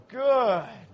good